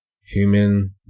Human